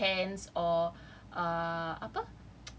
raise up your hands or err apa